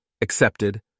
Accepted